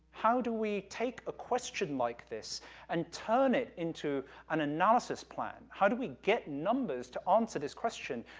how do we take a question like this and turn it into an analysis plan, how do we get numbers to answer this question,